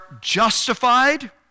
justified